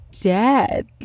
dead